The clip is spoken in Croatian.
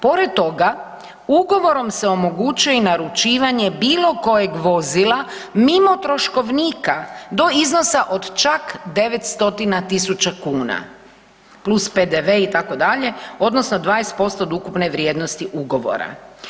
Pored toga, ugovorom se omogućuje i naručivanje bilo kojeg vozila mimo troškovnika do iznosa od čak 9 stotina tisuća kuna plus PDV itd. odnosno 20% od ukupne vrijednosti ugovora.